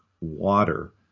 water